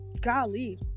golly